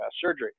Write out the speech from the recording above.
surgery